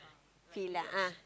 feel lah ah